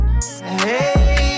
Hey